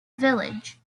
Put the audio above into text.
village